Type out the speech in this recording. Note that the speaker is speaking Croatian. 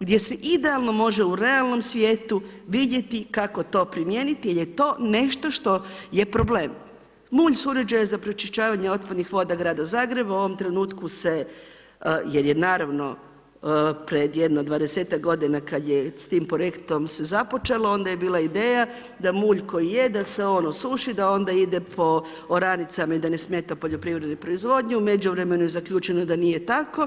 gdje se idealno može u realnom svijetu vidjeti kako to primijeniti jer je to nešto što je problem. mulj s uređaja za pročišćavanje otpadnih voda grada Zagreba u ovom trenutku se, jer je naravno pred jedno 20ak godina kad je s tim projektom se započelo, onda je bila ideja da mulj koji je, da se on usuši, da onda ide po oranicama i da ne smeta poljoprivrednoj proizvodnji, u međuvremenu je zaključeno da nije tako.